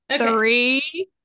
Three